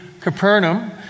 Capernaum